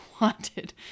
wanted